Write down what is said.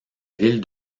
ville